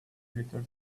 little